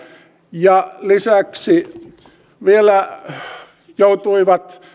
ja lisäksi vielä parikymmentä kuntaa joutui